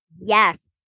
Yes